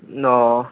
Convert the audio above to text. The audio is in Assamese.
অঁ